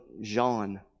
Jean